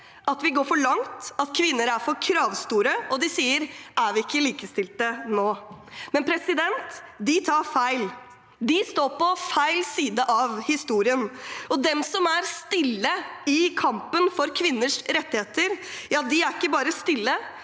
at vi går for langt, at kvinner er for kravstore, og de sier: Er vi ikke likestilte nå? Men de tar feil. De står på feil side av historien. De som er stille i kampen for kvinners rettigheter, ja, de er ikke bare stille,